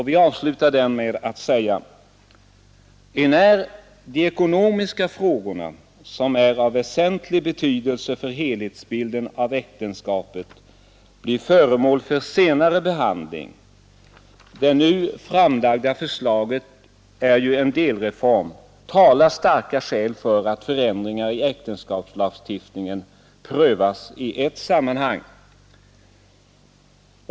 Vi avslutar den med följande ord: ”Enär de ekonomiska frågorna som är av väsentlig betydelse för helhetsbilden av äktenskapet blir föremål för senare behandling, det nu framlagda förslaget är ju en delreform, talar starka skäl för att förändringar i äktenskapslagstiftningen prövas i ett sammanhang.